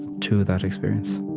to that experience.